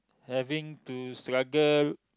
having to struggle